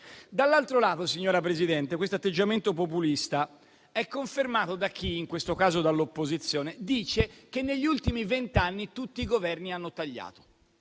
Dall'altro lato, signora Presidente, questo atteggiamento populista è confermato da chi dice - in questo caso, dall'opposizione - che negli ultimi vent'anni tutti i Governi hanno tagliato.